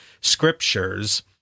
scriptures